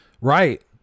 right